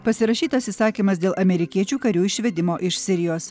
pasirašytas įsakymas dėl amerikiečių karių išvedimo iš sirijos